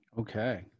Okay